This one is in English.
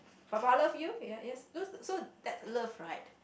Baba love you you know those so that love right